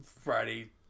Friday